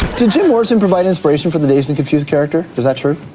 did jim morrison provide inspiration for the dazed and confused character? is that true?